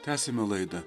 tęsiame laidą